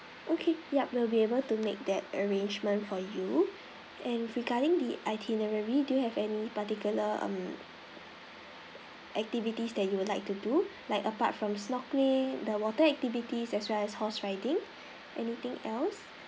okay yup we'll be able to make that arrangement for you and regarding the itinerary do you have any particular um activities that you would like to do like apart from snockering the water activities as well as horse riding anything else